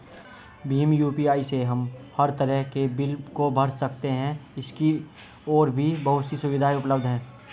Bhim UPI से हम हर तरह के बिल को भर सकते है, इसकी और भी बहुत सी सुविधाएं उपलब्ध है